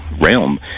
realm